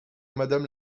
madame